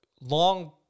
long